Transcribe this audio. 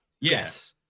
Yes